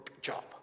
job